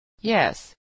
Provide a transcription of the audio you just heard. Yes